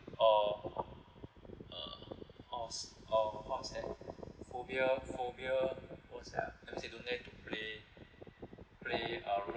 uh uh how to s~ uh how to say phobia phobia when we say don't dare to play play uh